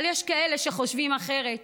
אבל יש כאלה שחושבים אחרת.